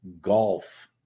golf